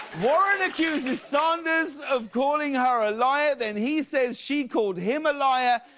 warren accuses sanders of calling her a liar. then he says she called him a liar.